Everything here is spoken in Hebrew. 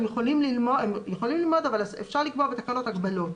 הם יכולים ללמוד אבל אפשר לקבוע בתקנות הגבלות.